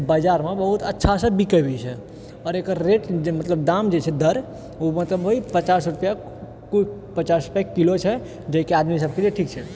बजारमे बहुत अच्छासँ बिकै भी छै आओर एकर रेट जे मतलब दाम जे छै दर ओ मतलब ओहि पचास रुपआ कु पचास रुपआ किलो छै जेकि आदमी सभकेँ लिए ठीक छै